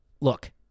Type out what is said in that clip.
Look